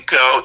go